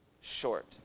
short